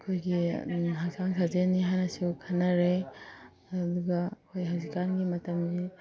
ꯑꯩꯈꯣꯏꯒꯤ ꯍꯛꯆꯥꯡ ꯁꯥꯖꯦꯟꯅꯤ ꯍꯥꯏꯅꯁꯨ ꯈꯟꯅꯔꯦ ꯑꯗꯨꯗꯨꯒ ꯑꯩꯈꯣꯏ ꯍꯧꯖꯤꯛ ꯀꯥꯟꯒꯤ ꯃꯇꯝꯁꯤ